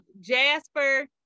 jasper